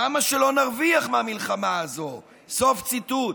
למה שלא נרוויח מהמלחמה הזאת, סוף ציטוט.